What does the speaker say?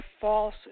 false